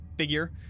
figure